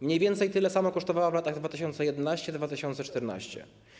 Mniej więcej tyle samo kosztowała w latach 2011-2014.